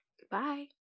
Goodbye